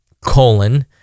colon